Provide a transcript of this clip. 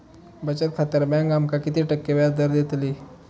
बचत खात्यार बँक आमका किती टक्के व्याजदर देतली?